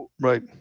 Right